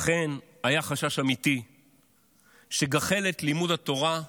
אכן היה חשש אמיתי שגחלת לימוד התורה,